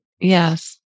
Yes